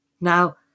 Now